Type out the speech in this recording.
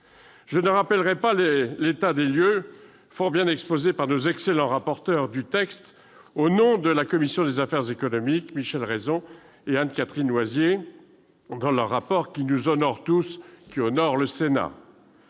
Je ne rappellerai pas l'état des lieux, fort bien exposé par les excellents rapporteurs du texte au nom de la commission des affaires économiques, Michel Raison et Anne-Catherine Loisier, dont le travail honore le Sénat.